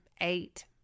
eight